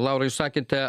laurai jūs sakėte